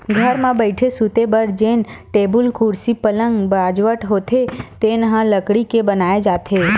घर म बइठे, सूते बर जेन टेबुल, कुरसी, पलंग, बाजवट होथे तेन ह लकड़ी के बनाए जाथे